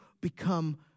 become